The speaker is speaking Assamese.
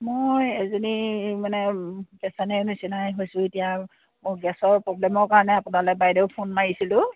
মই এজনী মানে পেচেণ্টৰ নিচিনাই হৈছোঁ এতিয়া মোৰ গেছৰ প্ৰব্লেমৰ কাৰণে আপোনালে বাইদেউ ফোন মাৰিছিলোঁ